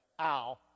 ow